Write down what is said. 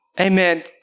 amen